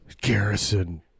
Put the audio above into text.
Garrison